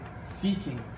seeking